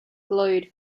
glowed